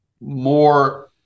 more